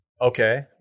okay